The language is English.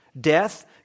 Death